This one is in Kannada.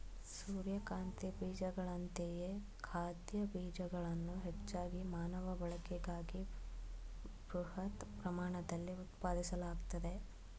ಸೂರ್ಯಕಾಂತಿ ಬೀಜಗಳಂತೆಯೇ ಖಾದ್ಯ ಬೀಜಗಳನ್ನು ಹೆಚ್ಚಾಗಿ ಮಾನವ ಬಳಕೆಗಾಗಿ ಬೃಹತ್ ಪ್ರಮಾಣದಲ್ಲಿ ಉತ್ಪಾದಿಸಲಾಗ್ತದೆ